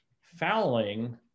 fouling